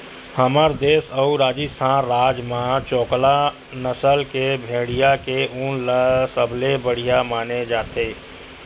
हमर देस अउ राजिस्थान राज म चोकला नसल के भेड़िया के ऊन ल सबले बड़िया माने जाथे